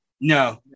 No